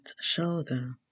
shoulder